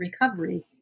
recovery